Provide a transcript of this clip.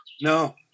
No